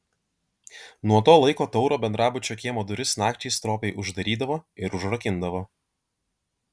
nuo to laiko tauro bendrabučio kiemo duris nakčiai stropiai uždarydavo ir užrakindavo